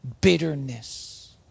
bitterness